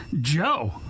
joe